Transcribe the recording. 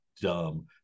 dumb